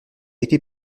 été